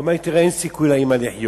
והוא אמר לי: אין סיכוי לאמא לחיות.